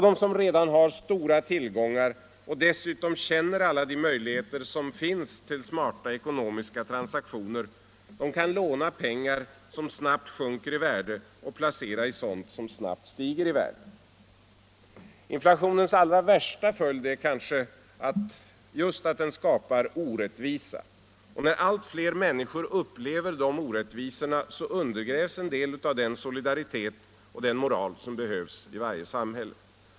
De som redan har stora tillgångar och dessutom känner alla de möjligheter som finns till smarta ekonomiska transaktioner — de kan låna pengar som snabbt sjunker i värde och placera i sådant som snabbt stiger i värde. Inflationens allra värsta följd är kanske just att den skapar orättvisa. Och när allt fler människor upplever den orättvisan undergrävs en del av den solidaritet och den moral som behövs i varje samhälle.